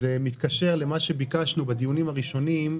זה מתקשר למה שביקשנו בדיונים הראשונים,